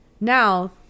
Now